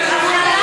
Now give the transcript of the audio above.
שירות לכולם.